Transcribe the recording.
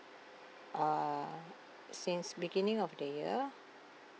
uh since beginning of the year